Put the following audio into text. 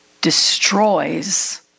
destroys